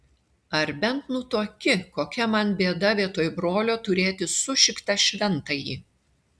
ar bent nutuoki kokia man bėda vietoj brolio turėti sušiktą šventąjį